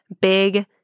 big